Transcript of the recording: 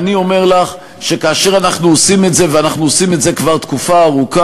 אני אומר לך, חברת הכנסת לביא,